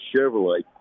Chevrolet